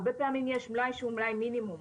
הרבה פעמים יש מלאי שהוא מלאי מינימום,